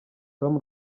tom